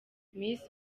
miss